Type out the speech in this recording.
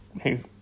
hey